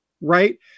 right